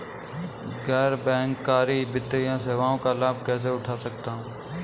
गैर बैंककारी वित्तीय सेवाओं का लाभ कैसे उठा सकता हूँ?